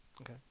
Okay